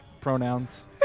Pronouns